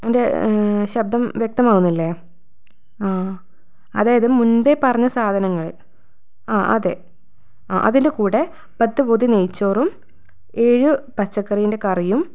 എൻ്റെ ശബ്ദം വ്യക്തമാകുന്നില്ലേ ആ അതായത് മുൻപ് പറഞ്ഞ സാധനങ്ങളിൽ ആ അതെ അതിൻ്റെ കൂടെ പത്ത് പൊതി നെയ്യ്ച്ചോറും ഏഴ് പച്ചക്കറീൻ്റെ കറിയും